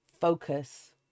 focus